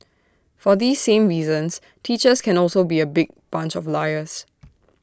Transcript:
for these same reasons teachers can also be A big bunch of liars